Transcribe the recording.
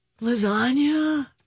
Lasagna